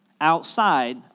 outside